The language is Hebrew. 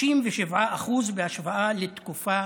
67% בהשוואה לתקופה